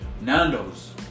Nando's